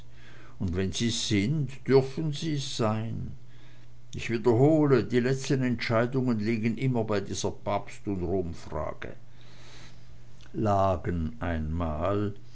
und wenn sie's sind dürfen sie's sein ich wiederhole die letzten entscheidungen liegen immer bei dieser papst und romfrage lagen einmal